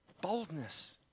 Boldness